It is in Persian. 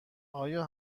آیا